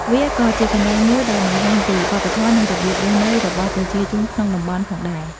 វាក៏ជាកន្លែងមួយដែលបង្ហាញពីវប្បធម៌ និងរបៀបរស់នៅរបស់ប្រជាជនក្នុងតំបន់ផងដែរ។